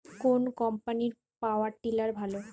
কোন কম্পানির power tiller ভালো?